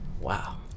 Wow